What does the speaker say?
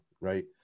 right